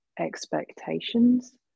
expectations